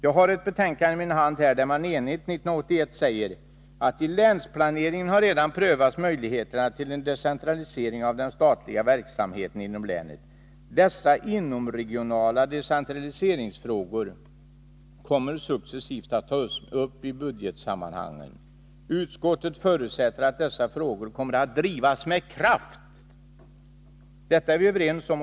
Jag har ett betänkande i min hand där man 1981 enigt säger: ”I länsplaneringen har redan prövats möjligheterna till en decentralisering av den statliga verksamheten inom länen. Dessa inomregionala decentraliseringsfrågor kommer successivt att tas upp i budgetsammanhangen. Utskottet förutsätter att dessa frågor kommer att drivas med kraft.” Detta är vi överens om.